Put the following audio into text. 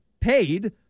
paid